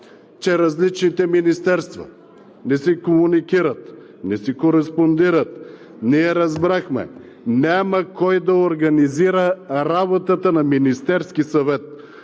че различните министерства не си комуникират, не си кореспондират. Ние разбрахме, няма кой да организира работата на Министерския съвет.